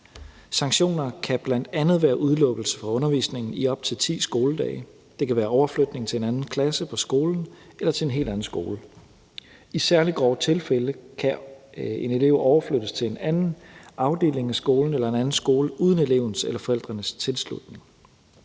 Sanktioner kan bl.a. være udelukkelse fra undervisningen i op til 10 skoledage. Det kan være overflytning til en anden klasse på skolen eller til en helt anden skole. I særlig grove tilfælde kan en elev overflyttes til en anden afdeling af skolen eller en anden skole uden elevens eller forældrenes tilslutning.